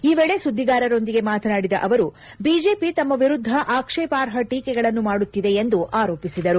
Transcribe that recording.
ಆ ವೇಳಿ ಸುದ್ದಿಗಾರರೊಂದಿಗೆ ಮಾತನಾಡಿದ ಅವರು ಬಿಜೆಪಿ ತಮ್ಮ ವಿರುದ್ದ ಆಕ್ಷೇಪಾರ್ಹ ಟೀಕೆಗಳನ್ನು ಮಾಡುತ್ತಿದೆ ಎಂದು ಆರೋಪಿಸಿದರು